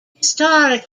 historic